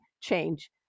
change